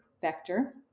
vector